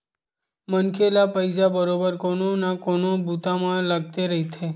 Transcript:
मनखे ल पइसा बरोबर कोनो न कोनो बूता म लगथे रहिथे